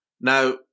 Now